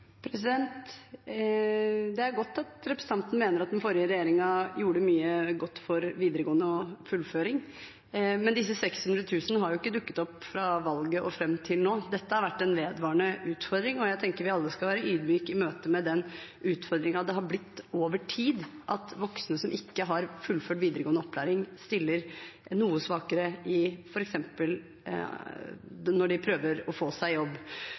Det er godt at representanten mener at den forrige regjeringen gjorde mye godt for videregående og fullføring, men disse 600 000 har ikke dukket opp fra valget og fram til nå, dette har vært en vedvarende utfordring. Jeg tenker at vi alle skal være ydmyke i møte med den utfordringen det har blitt over tid, at voksne som ikke har fullført videregående opplæring, stiller noe svakere f.eks. når de prøver å få seg jobb.